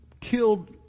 killed